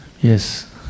Yes